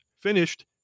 finished